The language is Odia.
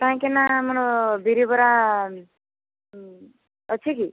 କାହିଁକି ନା ଆମର ବିରିବରା ଅଛି କି